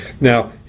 Now